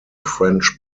french